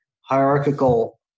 hierarchical